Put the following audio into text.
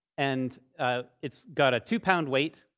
and it's got a two-pound weight.